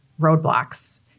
roadblocks